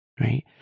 right